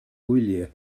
wyliau